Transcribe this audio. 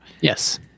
Yes